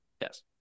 Yes